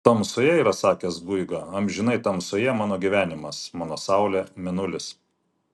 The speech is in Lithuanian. tamsoje yra sakęs guiga amžinai tamsoje mano gyvenimas mano saulė mėnulis